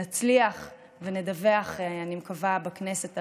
נצליח ונדווח בכנסת,